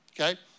okay